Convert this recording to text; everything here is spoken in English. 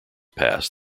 passed